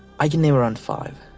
i can name around five,